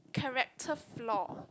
character flaw